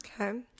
Okay